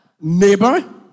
Neighbor